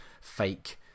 fake